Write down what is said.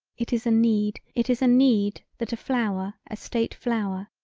it is a need it is a need that a flower a state flower.